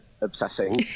obsessing